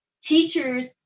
Teachers